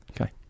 Okay